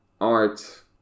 art